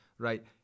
right